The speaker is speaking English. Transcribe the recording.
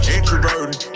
Introverted